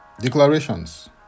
Declarations